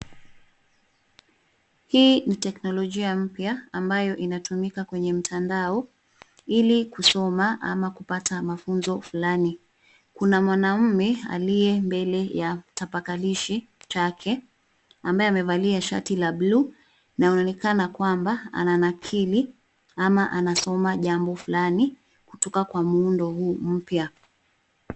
Hii ni teknologia mpya ambayo inatumika kwenye mtandao ili kusoma ama kupata mafuzo fulani. Kuna mwanaume aliye mbele ya tabakalishi yake ambaye aliyevalia shati la bluu na inaonekana kwamba ananakili ama anasoma jambo fulani kutoka kwa muundo huu mpya.